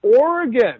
Oregon